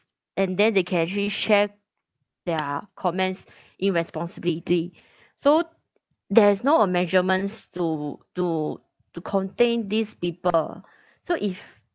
and then they can actually share their comments irresponsibility so there is no a measurements to to to contain these people so if